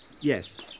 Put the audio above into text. Yes